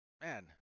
man